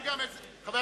(קוראת בשמות חברי